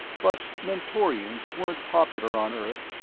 but mentorians weren't popular on earth,